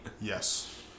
yes